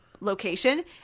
location